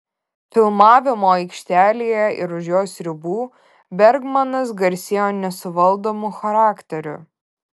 filmavimo aikštelėje ir už jos ribų bergmanas garsėjo nesuvaldomu charakteriu